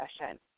Session